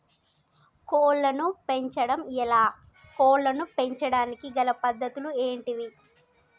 కోళ్లను పెంచడం ఎలా, కోళ్లను పెంచడానికి గల పద్ధతులు ఏంటివి?